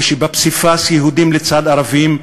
שבפסיפס יהודים לצד ערבים,